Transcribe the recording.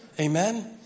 Amen